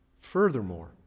furthermore